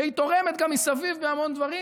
והיא תורמת גם מסביב בהמון דברים,